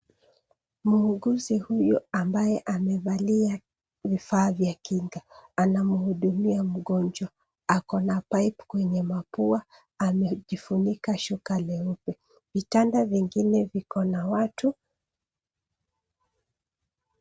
Muuguzi huyu ambaye amevalia vifaa vya kinga, anamhudumia mgonjwa. Ako na pipe kwenye mapua, amejifunika shuka leupe . Vitanda vingine viko na watu.